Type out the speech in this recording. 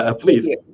please